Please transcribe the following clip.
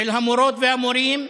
של המורות והמורים,